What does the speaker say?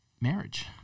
marriage